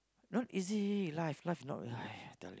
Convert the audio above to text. not easy life life not life